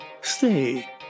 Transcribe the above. stay